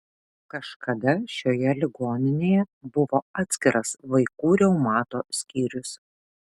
kažkada šioje ligoninėje buvo atskiras vaikų reumato skyrius